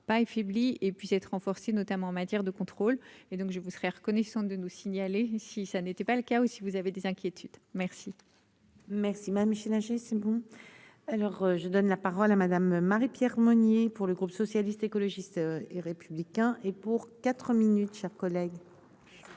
pas affaibli et puis être renforcées, notamment en matière de contrôle et donc je vous serez reconnaissant de nous signaler si ça n'était pas le cas, ou si vous avez des inquiétudes merci. Merci Madame Schillinger c'est bon alors je donne la parole à Madame Marie-Pierre Monier pour le groupe socialiste, écologiste et républicain et pour 4 minutes chers collègues.